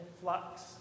flux